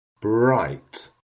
bright